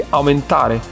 aumentare